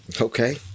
okay